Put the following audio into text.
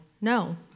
No